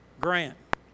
Grant